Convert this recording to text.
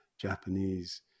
Japanese